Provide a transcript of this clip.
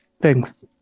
Thanks